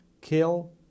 kill